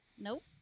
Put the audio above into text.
Nope